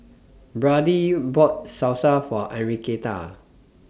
Brady bought Salsa For Enriqueta